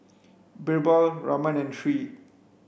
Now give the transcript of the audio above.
Birbal Raman and Tree